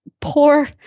poor